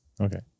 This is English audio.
Okay